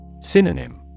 Synonym